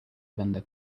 vendor